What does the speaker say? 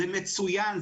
זה מצוין,